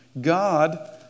God